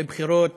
בבחירות